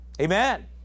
Amen